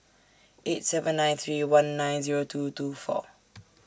eight seven nine three one nine Zero two two four